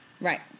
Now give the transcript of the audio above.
Right